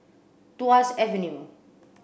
Tuas Avenue